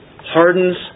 hardens